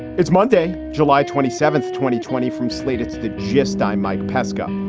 it's monday, july twenty seventh, twenty twenty from slate, it's the gist. i'm mike pesca.